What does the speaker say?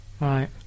Right